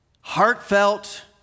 heartfelt